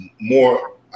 more